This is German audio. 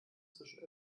zwischen